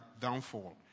downfall